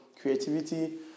creativity